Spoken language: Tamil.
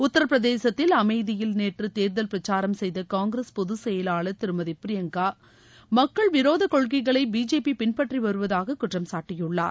உத்தரப்பிரதேசத்தில் அமேதியில் நேற்று தேர்தல் பிரச்சாரம் செய்த காங்கிரஸ் பொதுச் செயலாளர் திருமதி பிரியங்கா காந்திமக்கள் விரோத கொள்கைகளை பிஜேபி பின்பற்றி வருவதாக குற்றம் சாட்டியுள்ளார்